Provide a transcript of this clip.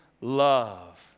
love